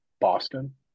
Boston